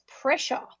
pressure